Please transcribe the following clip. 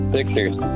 Sixers